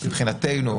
מבחינתנו,